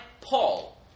Paul